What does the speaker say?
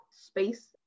space